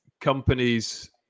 companies